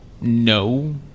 No